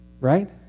right